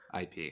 IP